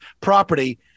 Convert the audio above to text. property